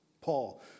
Paul